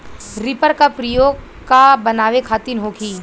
Reaper का प्रयोग का बनावे खातिन होखि?